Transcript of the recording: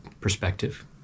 perspective